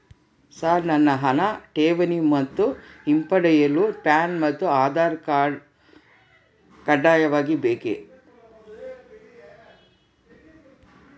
Sir ಹಣ ಠೇವಣಿ ಮತ್ತು ಹಿಂಪಡೆಯಲು ಪ್ಯಾನ್ ಮತ್ತು ಆಧಾರ್ ಕಡ್ಡಾಯವಾಗಿ ಬೇಕೆ?